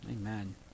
Amen